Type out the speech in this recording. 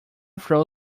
throw